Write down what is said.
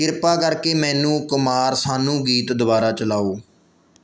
ਕਿਰਪਾ ਕਰਕੇ ਮੈਨੂੰ ਕੁਮਾਰ ਸਾਨੂ ਗੀਤ ਦੁਬਾਰਾ ਚਲਾਓ